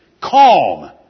calm